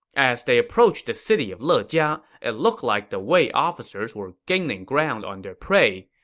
as they approached the city of lejia, it looked like the wei officers were gaining ground on their prey.